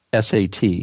sat